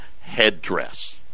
headdress